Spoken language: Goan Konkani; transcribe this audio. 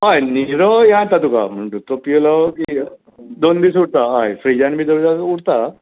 हय निरो हें जाता तुका तो केलो की दोन दीस उरता हय फ्रिजांत बी दवरलो जाल्यार उरता